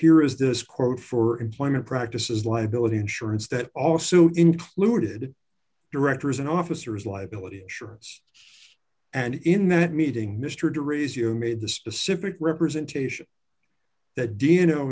here is this quote for employment practices liability insurance that also included directors and officers liability insurance and in that meeting mr de raise you made the specific representation that d